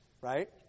Right